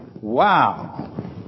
Wow